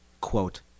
Quote